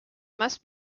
must